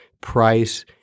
price